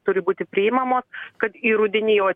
turi būti priimamo kad į rudenį jo